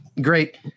great